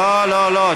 לא, לא, לא.